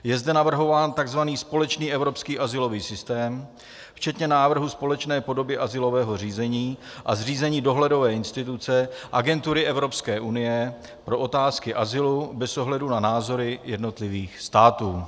Je zde navrhován takzvaný společný evropský azylový systém, včetně návrhu společné podoby azylového řízení, a zřízení dohledové instituce agentury Evropské unie pro otázky azylu bez ohledu na názory jednotlivých států.